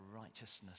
righteousness